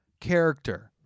character